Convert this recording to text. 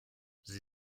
sie